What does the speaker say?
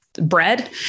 bread